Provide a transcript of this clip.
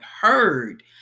heard